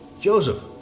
Joseph